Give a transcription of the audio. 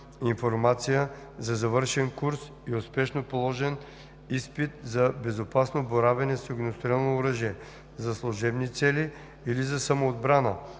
за завършен курс и успешно положен изпит за безопасно боравене с огнестрелно оръжие – за служебни цели или самоотбрана,